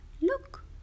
look